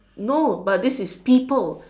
no but this is people